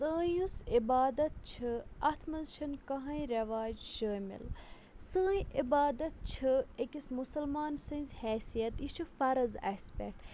سٲنۍ یُس عِبادَت چھِ اَتھ منٛز چھِنہٕ کٕہٕنٛۍ رٮ۪واج شٲمِل سٲنۍ عبادت چھِ أکِس مُسلمان سٕنٛز حیثیت یہِ چھُ فرض اَسہِ پٮ۪ٹھ